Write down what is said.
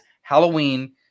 Halloween